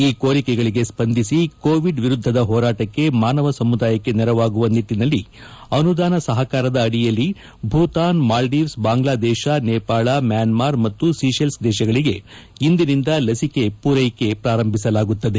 ಈ ಕೋರಿಕೆಗಳಿಗೆ ಸ್ಪಂದಿಸಿ ಕೋವಿಡ್ ವಿರುದ್ದದ ಹೋರಾಟಕ್ಕೆ ಮಾನವ ಸಮುದಾಯಕ್ಕೆ ನೆರವಾಗುವ ನಿಟ್ಟಿನಲ್ಲಿ ಅನುದಾನ ಸಹಕಾರದ ಅಡಿಯಲ್ಲಿ ಭೂತಾನ್ ಮಾಲ್ಡೀವ್ಸ್ ಬಾಂಗ್ಲಾದೇಶ ನೇಪಾಳ ಮ್ಯಾನ್ಟಾರ್ ಮತ್ತು ಸೀಶೆಲ್ಸ್ ದೇಶಗಳಿಗೆ ಇಂದಿನಿಂದ ಲಸಿಕೆ ಪೂರೈಕೆ ಪ್ರಾರಂಭಿಸಲಾಗುತ್ತದೆ